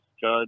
judge